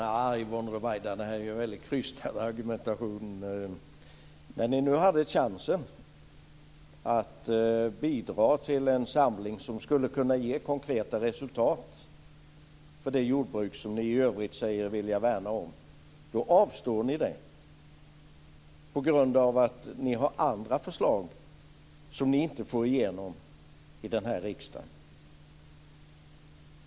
Fru talman! Nja, det var en väldigt krystad argumentation, Yvonne Ruwaida. När ni nu hade chansen att bidra till en samling som skulle kunna ge konkreta resultat för det jordbruk som ni i övrigt säger er vilja värna, avstår ni från det på grund av att ni har andra förslag som ni inte får igenom i riksdagen.